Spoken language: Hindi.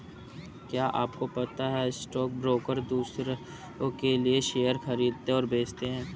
क्या आपको पता है स्टॉक ब्रोकर दुसरो के लिए शेयर खरीदते और बेचते है?